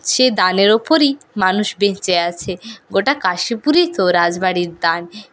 সে দানের ওপরই মানুষ বেঁচে আছে গোটা কাশিপুরই তো রাজবাড়ির দান